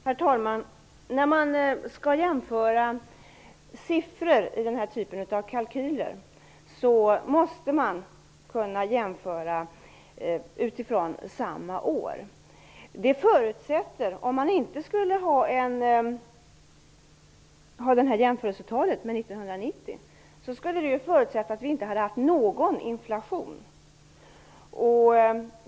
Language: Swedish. Herr talman! När man skall jämföra siffror i den här typen av kalkyler måste man kunna jämföra utifrån samma år. Om vi inte hade haft det här jämförelsetalet med 1990 skulle det förutsätta att vi inte hade haft någon inflation.